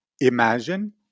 Imagine